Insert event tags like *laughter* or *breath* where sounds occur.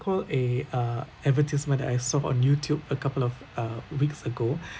call a a advertisement that I saw on YouTube a couple of uh weeks ago *breath*